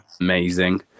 amazing